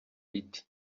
iti